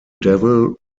devil